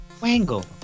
Wangle